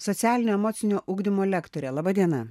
socialinio emocinio ugdymo lektorė laba diena